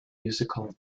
musical